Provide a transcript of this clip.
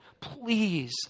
please